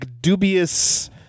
dubious